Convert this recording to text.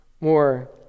more